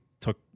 took